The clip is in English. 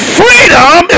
freedom